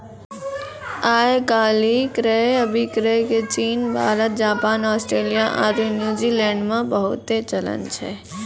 आइ काल्हि क्रय अभिक्रय के चीन, भारत, जापान, आस्ट्रेलिया आरु न्यूजीलैंडो मे बहुते चलन छै